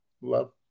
Love